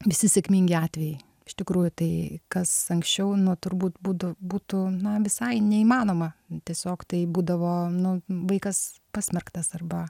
visi sėkmingi atvejai iš tikrųjų tai kas anksčiau nu turbūt būtų būtų na visai neįmanoma tiesiog tai būdavo nu vaikas pasmerktas arba